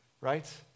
Right